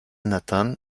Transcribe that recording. nathan